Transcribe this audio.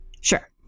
sure